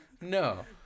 No